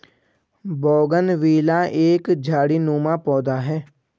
bougainvillea एक झाड़ीनुमा पौधा है